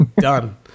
Done